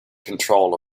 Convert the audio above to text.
control